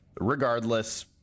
regardless